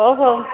ହ ହଉ